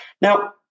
Now